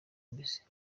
mbisi